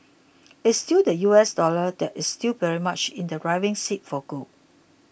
it's still the U S dollar that is still very much in the driving seat for gold